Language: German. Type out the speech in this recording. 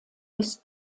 ist